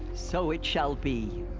so it shall be.